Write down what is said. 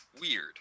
weird